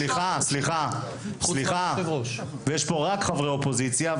סליחה, יש פה רק חברי אופוזיציה.